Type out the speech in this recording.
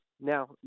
now